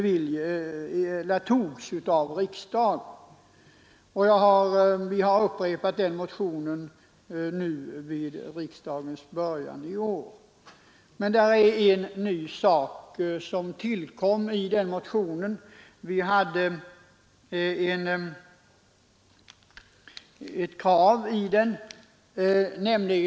Vi har nu vid riksdagens början i år väckt en ny motion i frågan. I denna motion har en nyhet tillkommit.